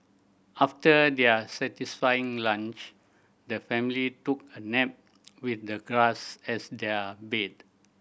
after their satisfying lunch the family took a nap with the grass as their bed